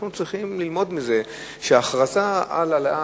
אנחנו צריכים ללמוד מזה שהכרזה על עלייה